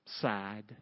side